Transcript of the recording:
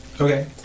Okay